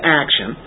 action